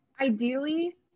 Ideally